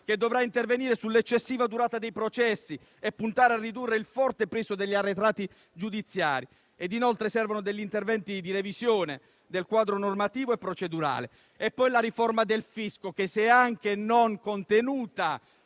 che dovrà intervenire sull'eccessiva durata dei processi e puntare a ridurre il forte peso degli arretrati giudiziari. Servono inoltre degli interventi di revisione del quadro normativo e procedurale. Vi è poi la riforma del fisco: anche se non è contenuta